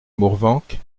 mourvenc